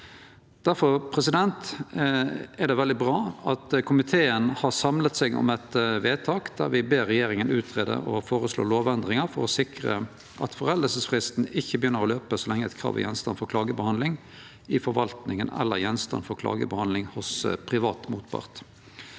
Difor er det veldig bra at komiteen har samla seg om eit vedtak der me ber regjeringa greie ut og føreslå lovendringar for å sikre at foreldingsfristen ikkje begynner å løpe så lenge eit krav er gjenstand for klagebehandling i forvaltninga eller gjenstand for klagebehandling hos privat motpart.